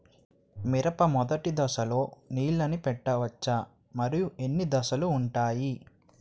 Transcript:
మిరప మొదటి దశలో నీళ్ళని పెట్టవచ్చా? మరియు ఎన్ని దశలు ఉంటాయి?